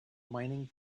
mining